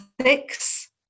ethics